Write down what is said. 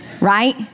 right